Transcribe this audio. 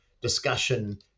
discussion